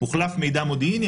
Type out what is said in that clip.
הוחלף מידע מודיעיני.